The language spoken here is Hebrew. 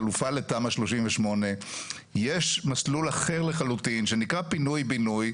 חלופה לתמ"א 38. יש מסלול אחר לחלוטין שנקרא פינוי בינוי,